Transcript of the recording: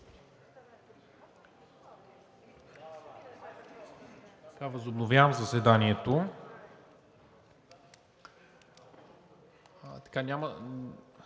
Възобновявам заседанието.